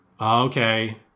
Okay